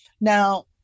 Now